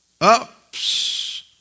Ups